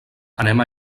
anem